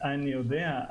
אני יודע.